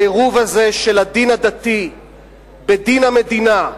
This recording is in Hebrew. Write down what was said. העירוב הזה של הדין הדתי בדין המדינה,